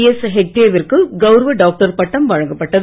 S ஹெக்டேவிற்கு கவுரவ doctor பட்டம் வழங்கப்பட்டது